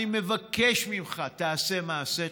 אני מבקש ממך: תעשה מעשה.